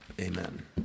Amen